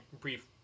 brief